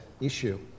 issue